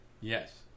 Yes